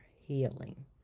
healing